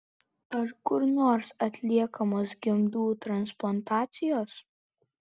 ar kur nors atliekamos gimdų transplantacijos